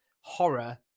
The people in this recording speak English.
horror